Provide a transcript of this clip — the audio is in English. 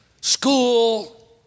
school